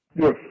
Yes